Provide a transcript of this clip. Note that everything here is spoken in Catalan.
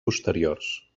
posteriors